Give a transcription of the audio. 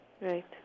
Right